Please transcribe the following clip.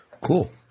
Cool